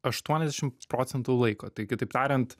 aštuoniasdešim procentų laiko tai kitaip tariant